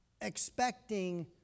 expecting